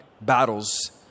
battles